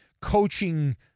coaching